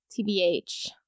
TBH